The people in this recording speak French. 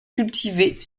cultivée